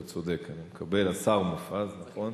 אתה צודק, אני מקבל, השר מופז, נכון.